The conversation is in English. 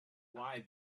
why